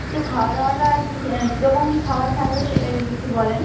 তো খাওয়া দাওয়াটা কী কী রকম কী খাবার থাকবে সেটা যদি একটু বলেন